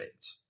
updates